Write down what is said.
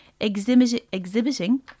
Exhibiting